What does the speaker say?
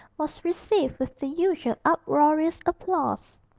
was received with the usual uproarious applause.